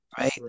right